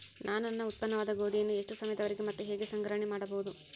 ನಾನು ನನ್ನ ಉತ್ಪನ್ನವಾದ ಗೋಧಿಯನ್ನು ಎಷ್ಟು ಸಮಯದವರೆಗೆ ಮತ್ತು ಹೇಗೆ ಸಂಗ್ರಹಣೆ ಮಾಡಬಹುದು?